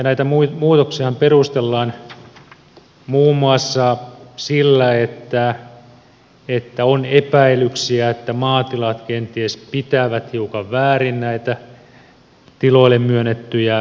näitä muutoksiahan perustellaan muun muassa sillä että on epäilyksiä että maatilat kenties pitävät hiukan väärin näitä tiloille myönnettyjä lomia